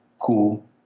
cool